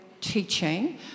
teaching